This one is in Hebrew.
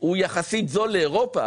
הוא יחסית זול לאירופה,